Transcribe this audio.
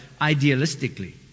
idealistically